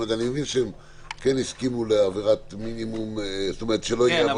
אני מבין שהם כן הסכימו לעבירת מינימום --- כן,